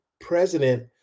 president